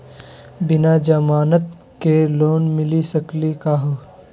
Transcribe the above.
बिना जमानत के लोन मिली सकली का हो?